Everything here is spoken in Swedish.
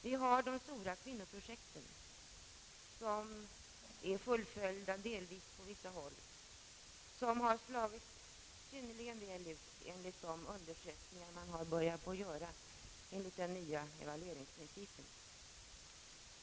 Vi har de stora kvinnoprojekten, som delvis är fullföljda på vissa håll och som enligt de undersökningar man har börjat göra enligt den nya evalueringsprincipen slagit synnerligen väl ut.